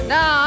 Now